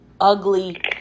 ugly